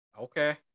Okay